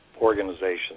organizations